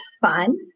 fun